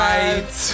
Right